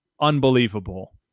unbelievable